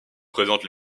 présentent